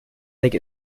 take